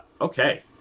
Okay